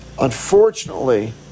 Unfortunately